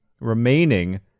remaining